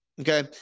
okay